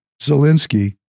Zelensky